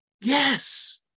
Yes